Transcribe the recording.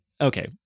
okay